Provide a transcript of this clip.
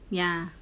ya